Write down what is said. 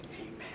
Amen